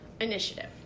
initiative